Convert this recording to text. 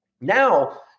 Now